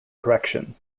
correction